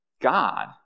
God